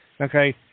Okay